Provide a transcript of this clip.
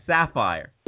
Sapphire